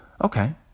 Okay